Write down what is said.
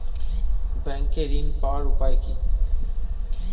Bank ঋণ পাওয়ার উপায় কি?